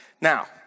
Now